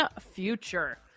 future